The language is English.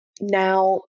Now